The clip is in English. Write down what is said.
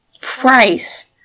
price